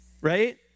right